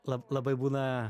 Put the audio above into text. lab labai būna